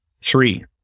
three